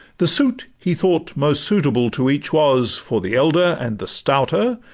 the suit he thought most suitable to each was, for the elder and the stouter,